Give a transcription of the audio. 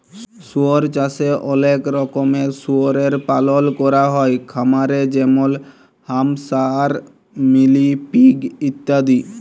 শুয়র চাষে অলেক রকমের শুয়রের পালল ক্যরা হ্যয় খামারে যেমল হ্যাম্পশায়ার, মিলি পিগ ইত্যাদি